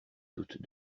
doute